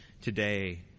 today